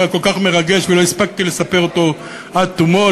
והוא כל כך מרגש ולא הספקתי לספר אותו עד תומו,